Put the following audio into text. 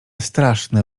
straszne